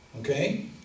Okay